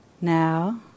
now